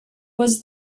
was